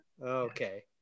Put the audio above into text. Okay